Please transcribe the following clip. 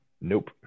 Nope